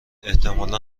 احتمالا